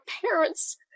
parents